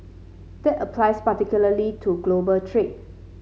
that applies particularly to global trade